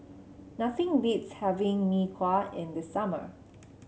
nothing beats having Mee Kuah in the summer